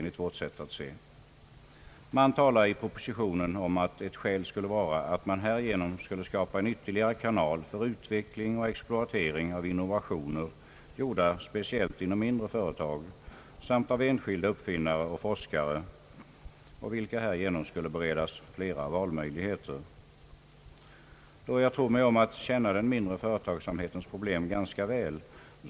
I propositionen anges ett skäl vara skapandet av ytterligare en kanal för utveckling och exploatering av innovationer, gjorda framför allt i mindre företag, samt av enskilda uppfinnare och forskare som härigenom skulle få flera valmöjligheter. Jag tror mig om att känna till den mindre företagsamhetens problem ganska väl.